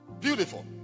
beautiful